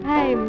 Hey